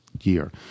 year